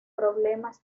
problemas